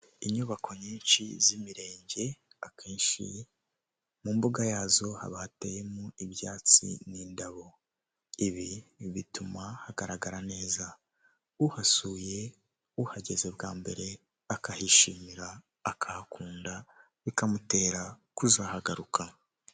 Inyubako nyinshi z'imirenge akenshi mu mbuga yazo haba hateyemo ibyatsi n'indabo ibi bituma hagaragara neza uhasuye, uhageze bwa mbere akahishimira, akahakunda bikamutera kuzahahagaruka.